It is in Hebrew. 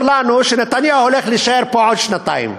לנו שנתניהו הולך להישאר פה עוד שנתיים.